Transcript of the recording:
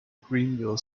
greenville